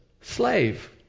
slave